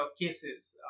cases